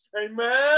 Amen